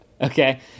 Okay